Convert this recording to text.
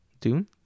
Doom